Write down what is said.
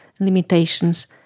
limitations